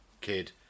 kid